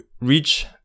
reach